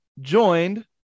joined